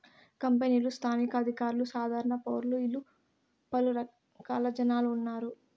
కంపెనీలు స్థానిక అధికారులు సాధారణ పౌరులు ఇలా పలు రకాల జనాలు ఉన్నారు